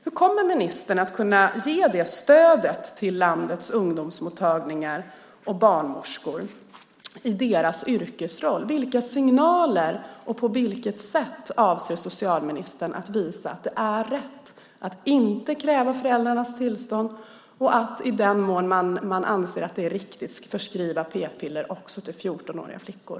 Hur kommer ministern att kunna ge det stödet till landets ungdomsmottagningar och barnmorskor i deras yrkesroll? Vilka signaler tänker socialministern ge, och på vilket sätt avser han att visa att det är rätt att inte kräva föräldrarnas tillstånd och att i den mån man anser att det är riktigt förskriva p-piller också till 14-åriga flickor?